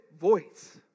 voice